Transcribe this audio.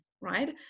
right